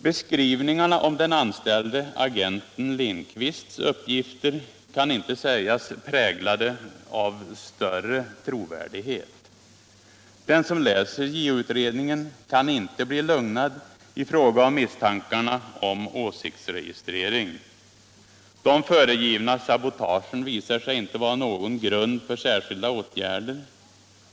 Beskrivningarna av den anställde agenten Lindqvists uppgifter kan inte sägas präglade av större trovärdighet. Den som läser JO-utredningen kan inte bli lugnad i fråga om misstankarna om åsiktsregistrering. De föregivna sabotagen visar sig inte vara någon grund för särskilda åtgärder.